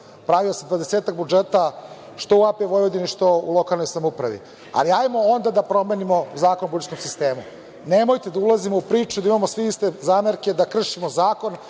pravio sam dvadesetak budžeta što u AP Vojvodini, što u lokalnoj samoupravi, ali hajdemo onda da promenimo Zakon o budžetskom sistemu. Nemojte da ulazimo u priče da imamo svi iste zamerke, da kršimo zakon